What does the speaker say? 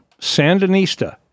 Sandinista